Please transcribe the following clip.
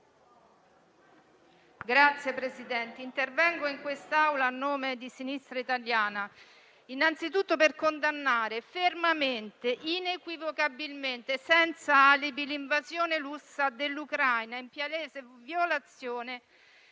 Signor Presidente, intervengo in quest'Aula a nome di Sinistra italiana innanzitutto per condannare fermamente, inequivocabilmente e senza alibi l'invasione russa dell'Ucraina in palese violazione